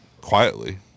Quietly